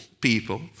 people